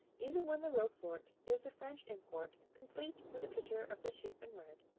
even when the roquefort is the french import, complete with the picture of the sheep in red,